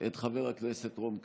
את חבר הכנסת רון כץ.